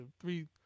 three